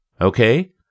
Okay